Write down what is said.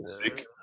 music